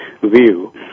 view